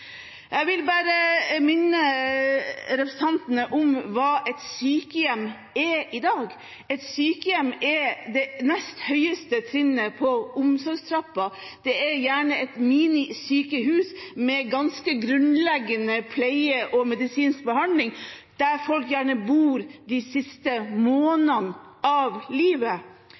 Jeg vil bare minne representantene om hva et sykehjem er i dag. Et sykehjem er det nest høyeste trinnet på omsorgstrappa. Det er gjerne et minisykehus med ganske grunnleggende pleie og medisinsk behandling, der folk gjerne bor de siste månedene av livet.